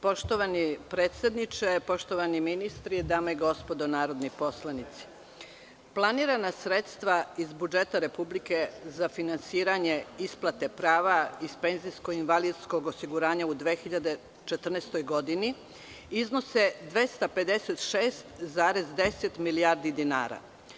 Poštovani predsedniče, poštovani ministri, dame i gospodo narodni poslanici, planirana sredstva iz budžeta Republike za finansiranje isplate prava iz penzijsko-invalidskog osiguranja u 2014. godini iznose 256,10 milijardi dinara.